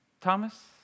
Thomas